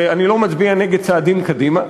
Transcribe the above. ואני לא מצביע נגד צעדים קדימה,